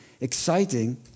exciting